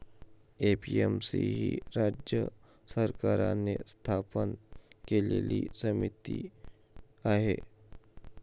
APMC ही राज्य सरकारने स्थापन केलेली समिती आहे